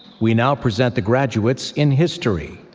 we now present the graduates in history.